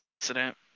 accident